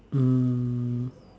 um